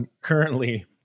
currently